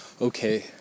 okay